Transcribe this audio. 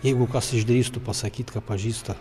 jeigu kas išdrįstų pasakyt ka pažįsta